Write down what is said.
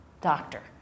Doctor